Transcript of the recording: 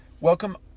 Welcome